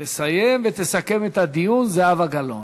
תסיים ותסכם את הדיון זהבה גלאון.